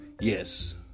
Yes